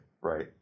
right